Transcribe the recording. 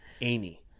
Amy